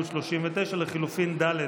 הסתייגות 39 לחלופין ג'